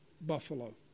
Buffalo